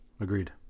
Agreed